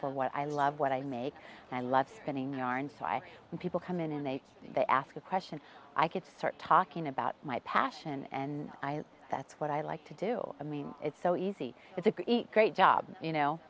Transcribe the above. for what i love what i make and i love spending aren't so i people come in and they they ask a question i could start talking about my passion and i that's what i like to do i mean it's so easy it's a great job you know